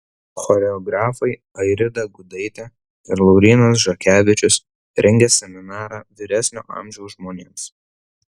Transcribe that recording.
choreografai airida gudaitė ir laurynas žakevičius rengia seminarą vyresnio amžiaus žmonėms